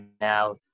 now